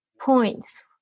points